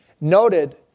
noted